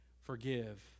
forgive